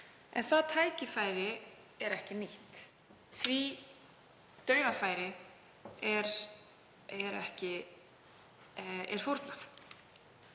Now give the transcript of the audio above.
En það tækifæri er ekki nýtt. Því dauðafæri er fórnað.